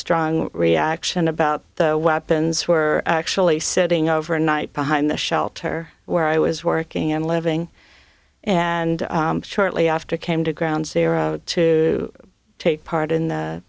strong reaction about the weapons were actually sitting over night behind the shelter where i was working and living and shortly after came to ground zero to take part in the